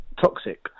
toxic